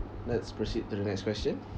let's proceed to the next question